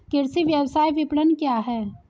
कृषि व्यवसाय विपणन क्या है?